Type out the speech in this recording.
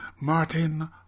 Martin